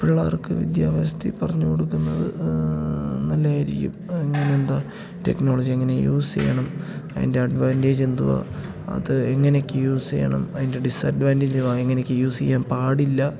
പിള്ളാർക്ക് വിദ്യാഭ്യാസത്തില്ക്കൂടെ പറഞ്ഞുകൊടുക്കുന്നത് നല്ലതായിരിക്കും എങ്ങനെയെന്താണ് ടെക്നോളജി എങ്ങനെ യൂസ് ചെയ്യണം അതിൻ്റെ അഡ്വാൻറ്റേജ് എന്താണ് അത് എങ്ങനെയൊക്കെ യൂസ് ചെയ്യണം അതിൻ്റെ ഡിസ്അഡ്വാൻറ്റേജ് എങ്ങനെയൊക്കെ യൂസ് ചെയ്യാൻ പാടില്ല